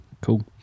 Cool